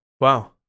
Wow